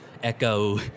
echo